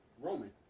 Roman